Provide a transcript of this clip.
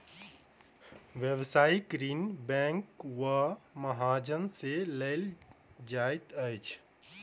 व्यवसायिक ऋण बैंक वा महाजन सॅ लेल जाइत अछि